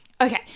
Okay